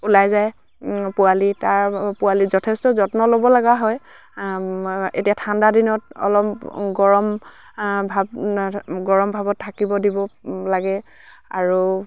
ওলাই যায় পোৱালি তাৰ পোৱালিক যথেষ্ট যত্ন ল'ব লগা হয় এতিয়া ঠাণ্ডা দিনত অলপ গৰম ভাৱ গৰম ভাবত থাকিব দিব লাগে আৰু